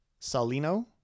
Salino